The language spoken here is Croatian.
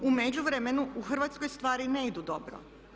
U međuvremenu u Hrvatskoj stvari ne idu dobro.